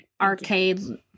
arcade